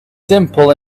simple